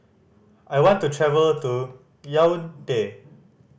I want to travel to Yaounde